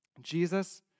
Jesus